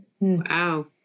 Wow